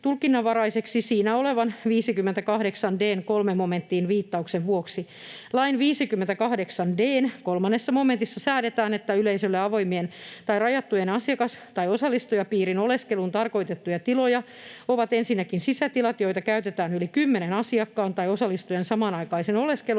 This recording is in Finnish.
tulkinnanvaraiseksi siinä olevan 58 d §:n 3 momenttiin viittauksen vuoksi. Lain 58 d §:n 3 momentissa säädetään, että yleisölle avoimia tai rajatun asiakas- tai osallistujapiirin oleskeluun tarkoitettuja tiloja ovat ensinnäkin sisätilat, joita käytetään yli 10 asiakkaan tai osallistujan samanaikaiseen oleskeluun,